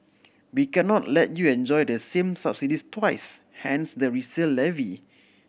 we cannot let you enjoy the same subsidies twice hence the resale levy